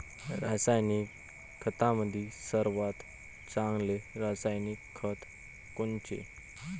रासायनिक खतामंदी सर्वात चांगले रासायनिक खत कोनचे?